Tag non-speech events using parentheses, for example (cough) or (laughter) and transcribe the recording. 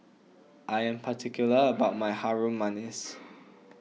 I am particular about my Harum (noise) Manis